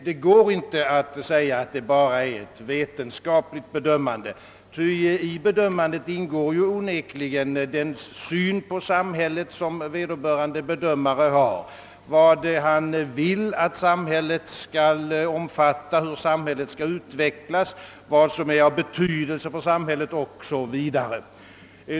Man kan inte säga, att det bara är fråga om ett vetenskapligt bedömande, ty i det ingår tvivelsutan den syn på samhället som vederbörande har — vad han vill att samhället skall omfatta, hur det skall utvecklas, vad som är av betydelse för det o.s.v.